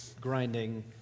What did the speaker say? grinding